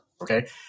okay